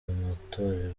matorero